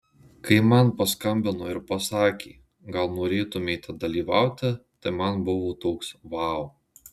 kai man paskambino ir pasakė gal norėtumėte dalyvauti tai man buvo toks vau